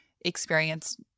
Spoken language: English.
experience